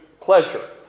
pleasure